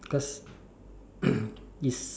cause it's